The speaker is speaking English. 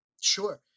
Sure